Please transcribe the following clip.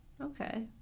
Okay